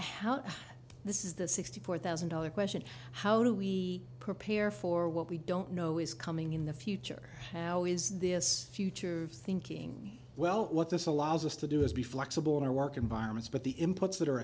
this is the sixty four thousand dollar question how do we prepare for what we don't know is coming in the future how is this future of thinking well what this allows us to do is be flexible in our work environments but the inputs that are